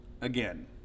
again